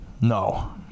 No